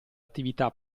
attività